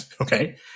okay